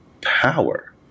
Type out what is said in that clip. power